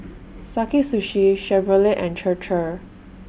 Sakae Sushi Chevrolet and Chir Chir